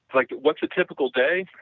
like what's a typical day